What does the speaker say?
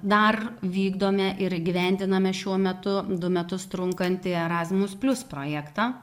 dar vykdome ir įgyvendiname šiuo metu du metus trunkantį erasmus plius projektą